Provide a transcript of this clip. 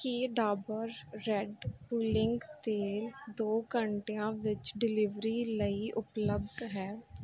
ਕੀ Dabur red pulling ਤੇਲ ਦੋ ਘੰਟਿਆਂ ਵਿੱਚ ਡਲੀਵਰੀ ਲਈ ਉਪਲਬਧ ਹੈ